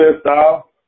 style